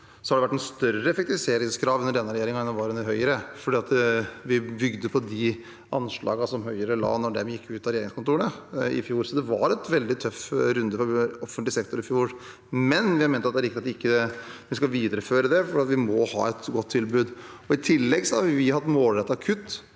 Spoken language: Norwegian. har det vært et større effektiviseringskrav under denne regjeringen enn det var under Høyre, for vi bygde på de anslagene som Høyre la da de gikk ut av regjeringskontorene i fjor. Det var en veldig tøff runde med offentlig sektor i fjor, men vi har ment at det er riktig at vi ikke skal videreføre det, for vi må ha et godt tilbud. I tillegg har vi hatt målrettede kutt,